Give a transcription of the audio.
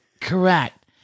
Correct